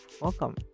Welcome